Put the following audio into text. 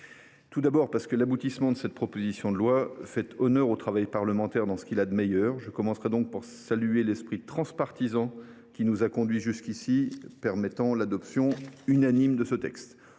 leur surnom de puffs. L’aboutissement de cette proposition de loi fait honneur au travail parlementaire dans ce qu’il a de meilleur. Je commencerai donc par saluer l’esprit transpartisan qui nous a conduits jusqu’ici, permettant l’adoption à l’unanimité de ce texte